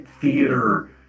theater